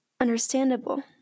understandable